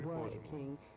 working